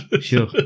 Sure